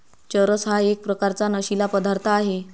चरस हा एक प्रकारचा नशीला पदार्थ आहे